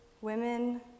women